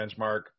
benchmark